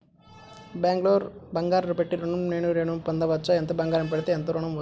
బ్యాంక్లో బంగారం పెట్టి నేను ఋణం పొందవచ్చా? ఎంత బంగారం పెడితే ఎంత ఋణం వస్తుంది?